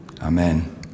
amen